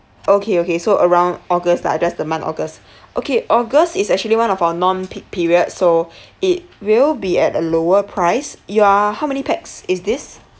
okay okay so around august lah just the month august okay august is actually one of our non peak period so it will be at a lower price you are how many pax is this